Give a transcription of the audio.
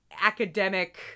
academic